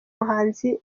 muhanzi